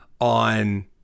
on